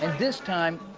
and this time,